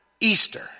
Easter